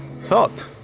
thought